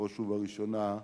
בראש ובראשונה,